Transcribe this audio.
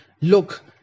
Look